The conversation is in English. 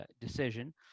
decision